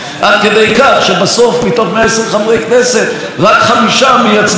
עד כדי כך שבסוף מתוך 120 חברי כנסת רק חמישה מייצגים את